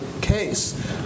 case